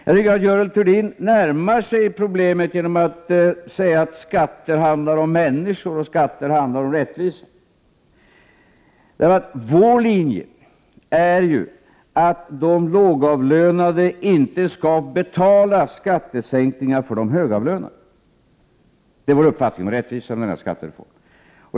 Jag tycker att Görel Thurdin närmade sig problemet genom att säga att skatter handlar om människor och om rättvisa. Vår linje är ju att de lågavlönade inte skall betala skattesänkningar för de högavlönade — det är vår uppfattning om rättvisa när det gäller skattereformen.